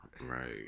Right